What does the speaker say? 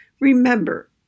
Remember